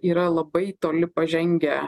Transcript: yra labai toli pažengę